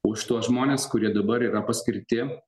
už tuos žmones kurie dabar yra paskirti